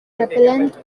repellent